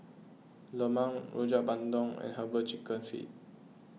Lemang Rojak Bandung and Herbal Chicken Feet